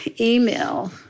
email